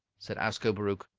said ascobaruch.